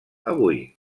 avui